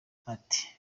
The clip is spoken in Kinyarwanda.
ati